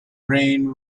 brain